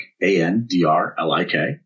A-N-D-R-L-I-K